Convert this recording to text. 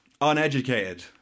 uneducated